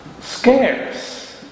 scarce